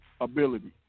ability